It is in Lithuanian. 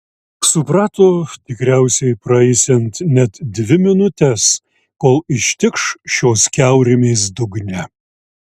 suprato tikriausiai praeisiant net dvi minutes kol ištikš šios kiaurymės dugne